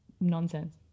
nonsense